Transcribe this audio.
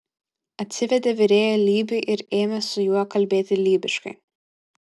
atsivedė virėją lybį ir ėmė su juo kalbėti lybiškai